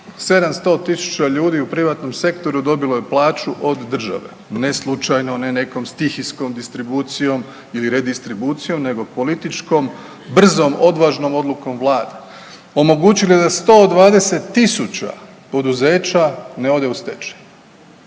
700 tisuća ljudi u privatnom sektoru dobilo je plaću od države ne slučajno, ne nekom stihijskom distribucijom ili redistribucijom, nego političkom, brzom, odvažnom odlukom Vlade. Omogućili da 120 tisuća poduzeća ne ode u stečaj.